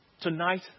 tonight